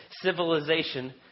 civilization